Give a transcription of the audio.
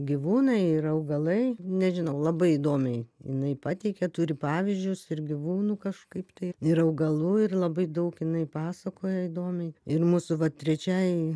gyvūnai ir augalai nežinau labai įdomiai jinai pateikia turi pavyzdžius ir gyvūnų kažkaip tai ir augalų ir labai daug jinai pasakoja įdomiai ir mūsų va trečiai